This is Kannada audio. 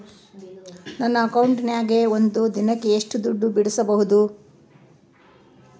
ನನ್ನ ಅಕೌಂಟಿನ್ಯಾಗ ಒಂದು ದಿನಕ್ಕ ಎಷ್ಟು ದುಡ್ಡು ಬಿಡಿಸಬಹುದು?